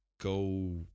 Go